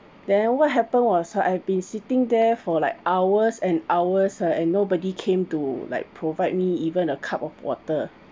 then what happen was uh I've been sitting there for like hours and hours uh and nobody came to like provide me even a cup of water